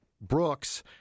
Brooks